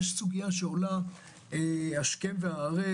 ויש סוגיה שעולה השכם והערב